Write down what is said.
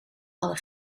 hadden